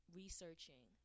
researching